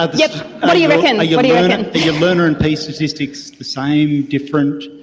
ah yeah but yeah are your learner and p statistics the same, different?